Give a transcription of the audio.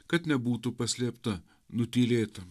kad nebūtų paslėpta nutylėta